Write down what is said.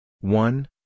one